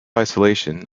isolation